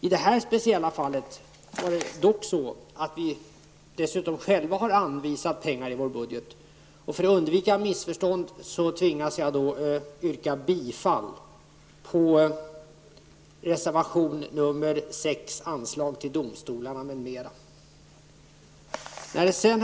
I detta speciella fall har vi dessutom själva anvisat pengar i vår budget. För att undvika missförstånd tvingas jag yrka bifall till reservation nr 6, anslag till domstolarna m.m. Herr talman!